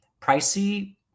Pricey